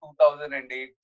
2008